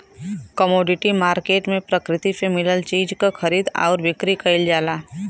commodity market में प्रकृति से मिलल चीज क खरीद आउर बिक्री कइल जाला